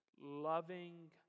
loving